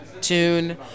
tune